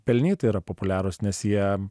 pelnytai yra populiarūs nes jie